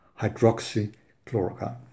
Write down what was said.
hydroxychloroquine